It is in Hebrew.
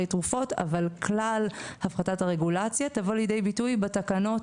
תרופות אבל כלל הפחתת הרגולציה תבוא לידי ביטוי בתקנות,